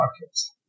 markets